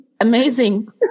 Amazing